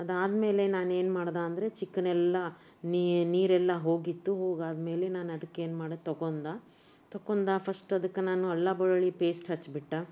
ಅದಾದ್ಮೇಲೆ ನಾನೇನು ಮಾಡ್ದೆ ಅಂದರೆ ಚಿಕನ್ನೆಲ್ಲ ನೀರೆಲ್ಲ ಹೋಗಿತ್ತು ಹೋಗಾದ್ಮೇಲೆ ನಾನದಕ್ಕೆ ಏನ್ಮಾಡ್ದೆ ತೊಗೊಂಡು ತೊಗೊಂಡು ಫಸ್ಟ್ ಅದಕ್ಕೆ ನಾನು ಅಲ್ಲ ಬೆಳ್ಳುಳ್ಳಿ ಪೇಸ್ಟ್ ಹಚ್ಬಿಟ್ಟು